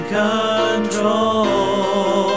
control